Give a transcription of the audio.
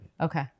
Okay